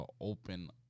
open